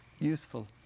useful